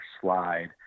slide